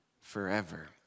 forever